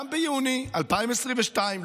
גם ביוני 2022,